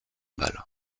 bal